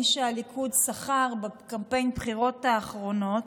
מי שהליכוד שכר בקמפיין הבחירות האחרונות,